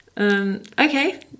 Okay